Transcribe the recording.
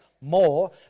more